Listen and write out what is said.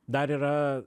dar yra